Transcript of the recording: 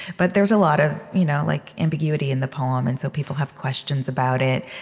but there's a lot of you know like ambiguity in the poem, and so people have questions about it.